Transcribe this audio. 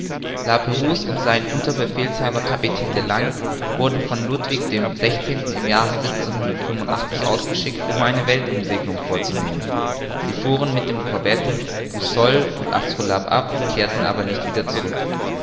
la prouse und sein unterbefehlshaber kapitän de langle wurden von ludwig xvi im jahre ausgeschickt um eine weltumsegelung vorzunehmen sie fuhren mit den corvetten boussole und astrolabe ab kehrten aber nicht wieder zurück